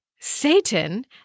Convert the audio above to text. Satan